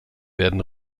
werden